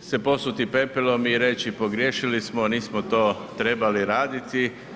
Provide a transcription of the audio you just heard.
se posuti pepelom i reći, pogriješili smo nismo to trebali raditi.